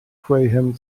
graham